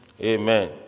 Amen